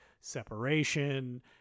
separation